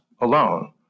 alone